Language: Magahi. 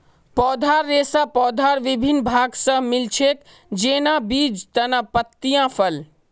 पौधार रेशा पौधार विभिन्न भाग स मिल छेक, जैन न बीज, तना, पत्तियाँ, फल